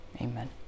Amen